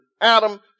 Adam